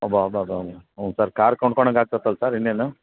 ಅಬ್ಬ ಅಬ್ಬಬ್ಬ ಹ್ಞೂ ಸರ್ ಕಾರ್ ಕೊಂಡ್ಕೊಣಂಗೆ ಆಗ್ತತಲ್ಲ ಸರ್ ಇನ್ನೇನು